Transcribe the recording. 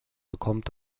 bekommt